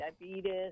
diabetes